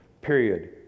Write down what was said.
period